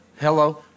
hello